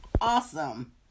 awesome